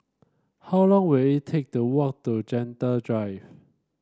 how long will it take to walk to Gentle Drive